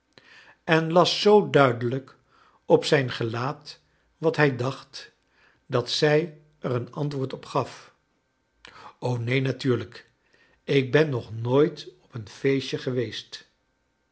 en las zoo duidelijk op zijn gelaat wat hij dacht dat zij er een antwoord op gaf neen natuurlrjk ik ben nog nooit op een feestje geweest